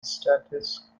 statistics